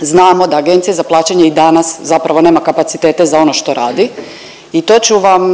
Znamo da Agencija za plaćanje i danas zapravo nema kapacitete za ono što radi i to ću vam